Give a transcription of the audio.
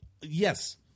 yes